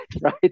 right